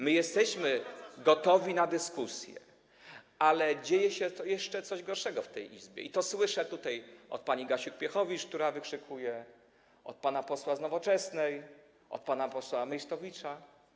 My jesteśmy gotowi na dyskusję, ale dzieje się jeszcze coś gorszego w tej Izbie, i to słyszę tutaj od pani Gasiuk-Pihowicz, która wykrzykuje, od pana posła z Nowoczesnej, od pana posła Meysztowicza.